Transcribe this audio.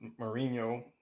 Mourinho